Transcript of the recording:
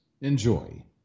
Enjoy